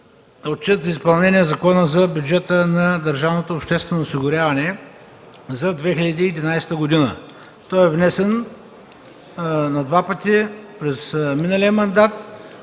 „Отчет за изпълнението на Закона за бюджета на държавното обществено осигуряване за 2011 г.” Той е внесен на два пъти през миналия мандат.